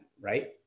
right